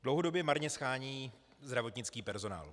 Dlouhodobě marně shánějí zdravotnický personál.